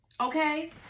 Okay